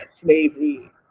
slavery